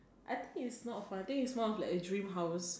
I think it's not fun I think it's more of a dream house